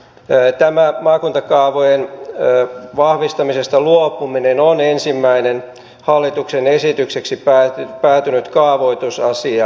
tämä maakuntakaavojen vahvistamisesta luopuminen on ensimmäinen hallituksen esitykseksi päätynyt kaavoitusasia